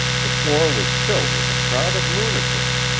the floor was filled with a crowd of lunatics,